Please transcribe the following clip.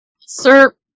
Sir